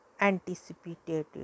anticipated